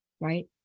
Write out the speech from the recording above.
right